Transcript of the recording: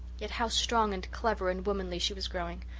yet how strong and clever and womanly she was growing!